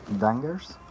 dangers